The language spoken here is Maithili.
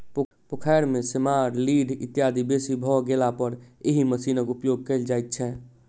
पोखैर मे सेमार, लीढ़ इत्यादि बेसी भ गेलापर एहि मशीनक उपयोग कयल जाइत छै